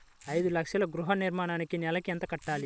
ఐదు లక్షల గృహ ఋణానికి నెలకి ఎంత కట్టాలి?